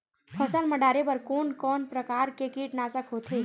फसल मा डारेबर कोन कौन प्रकार के कीटनाशक होथे?